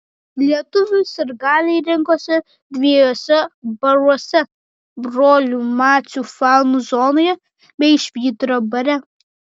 lietuvių sirgaliai rinkosi dviejuose baruose brolių macių fanų zonoje bei švyturio bare